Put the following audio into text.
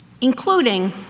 Including